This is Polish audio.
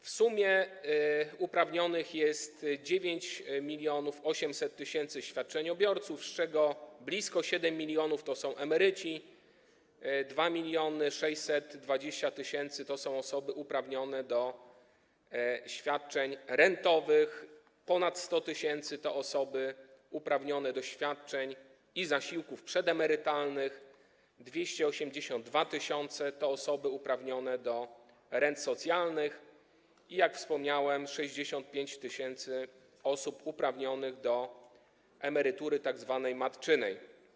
W sumie uprawnionych jest 9800 tys. świadczeniobiorców, z czego blisko 7 mln to są emeryci, 2620 tys. to są osoby uprawnione do świadczeń rentowych, ponad 100 tys. to osoby uprawnione do świadczeń i zasiłków przedemerytalnych, 282 tys. to osoby uprawnione do rent socjalnych i, jak wspomniałem, 65 tys. to osoby uprawnione do emerytury tzw. matczynej.